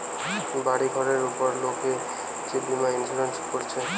বাড়ি ঘরের উপর লোক যে বীমা ইন্সুরেন্স কোরছে